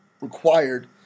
required